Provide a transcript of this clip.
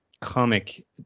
comic